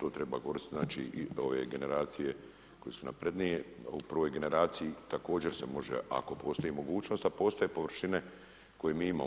to treba koristiti, znači i to je generacije koje su naprednije, u prvoj generaciji, također se može, ako postoji mogućnost, a postoje površine koje mi imamo.